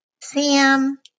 Sam